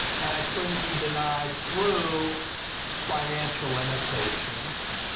and i couldn't be denied through financial limitations,